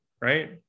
right